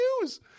News